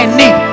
need